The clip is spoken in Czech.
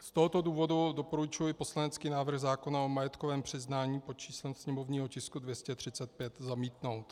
Z tohoto důvodu doporučuji poslanecký návrh zákona o majetkovém přiznání pod číslem sněmovního tisku 235 zamítnout.